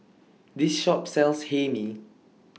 This Shop sells Hae Mee